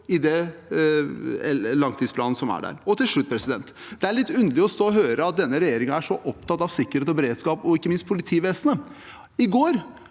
i langtidsplanen. Til slutt: Det er litt underlig å stå og høre at regjeringen er så opptatt av sikkerhet og beredskap og ikke minst politivesenet. I går